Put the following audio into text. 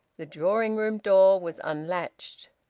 the drawing-room door was unlatched.